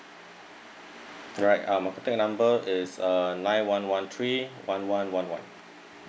alright um my contact number is uh nine one one three one one one one